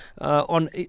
on